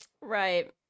Right